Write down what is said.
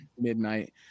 midnight